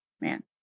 Man